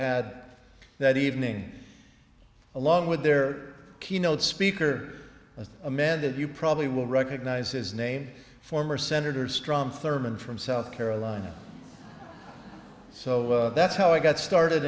had that evening along with their keynote speaker a man that you probably will recognize his name former senator strom thurmond from south carolina so that's how i got started